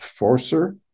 Forcer